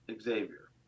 Xavier